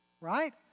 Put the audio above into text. right